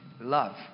love